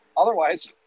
Otherwise